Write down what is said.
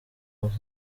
hose